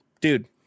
dude